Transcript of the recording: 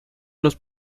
los